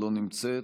לא נמצאת,